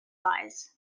eyes